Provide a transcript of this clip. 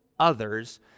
others